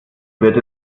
wird